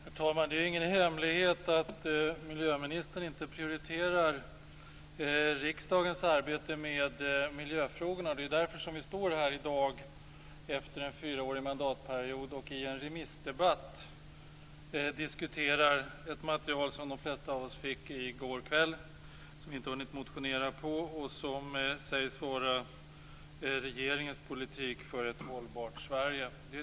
Herr talman! Det är ingen hemlighet att miljöministern inte prioriterar riksdagens arbete med miljöfrågorna. Det är därför vi står här i dag efter en fyraårig mandatperiod och i en remissdebatt diskuterar ett material som de flesta av oss fick i går kväll, som vi inte hunnit motionera på och som sägs vara regeringens politik för ett hållbart Sverige.